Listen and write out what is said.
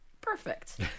perfect